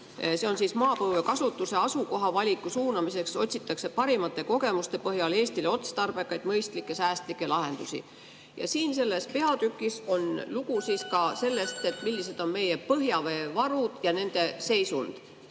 see on: "Maapõue kasutuse asukoha valiku suunamiseks otsitakse parimate kogemuste põhjal Eestile otstarbekaid, mõistlikke ja säästlikke lahendusi." Selles peatükis on lugu ka sellest, milline on meie põhjaveevaru ja selle seisund.